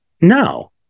No